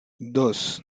dos